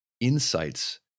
insights